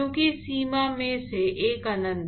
क्योंकि सीमा में से एक अनंत है